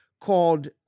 called